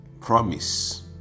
promise